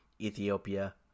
Ethiopia